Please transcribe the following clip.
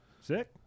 Sick